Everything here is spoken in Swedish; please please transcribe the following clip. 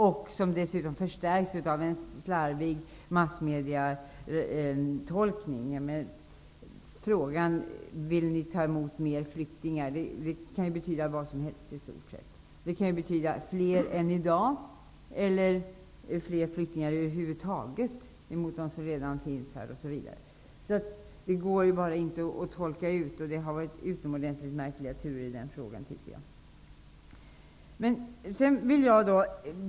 Den förstärks dessutom av en slarvig massmedietolkning. Frågan om man vill ta emot fler flyktingar kan i stort sett betyda vad som helst. Det kan betyda fler än i dag eller fler flyktingar över huvud taget osv. Det går bara inte att tolka ut detta. Det har varit utomordentligt märkliga turer i den frågan.